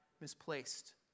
misplaced